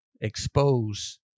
expose